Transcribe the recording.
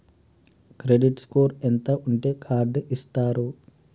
Credit score ఎంత ఉంటే card ఇస్తారు?